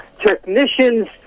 technicians